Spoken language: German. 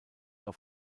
auf